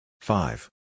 Five